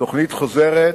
תוכנית חוזרת,